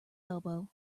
elbow